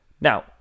Now